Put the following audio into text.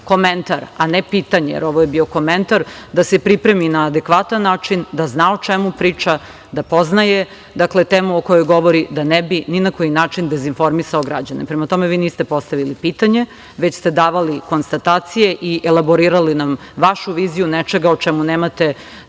komentar, a ne pitanje, jer ovo je bio komentar, da se pripremi na adekvatan način, da zna o čemu priča, da poznaje temu o kojoj govori da ne bi ni na koji način dezinformisao građane. Prema tome, vi niste postavili pitanje već ste davali konstatacije i elaborirali nam vašu viziju nečega o čemu nemate zaista